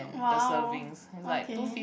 !wow! okay